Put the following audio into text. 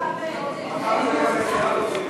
סתיו שפיר,